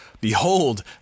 Behold